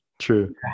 true